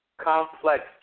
complex